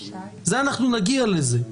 אנחנו נגיע לזה.